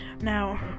Now